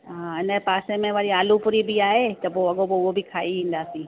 हा हिनजे पासे में वरी आलू पूरी बि आहे त पोइ अॻोपो उहो बि खाई ईंदासी